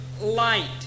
light